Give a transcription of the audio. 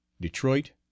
Detroit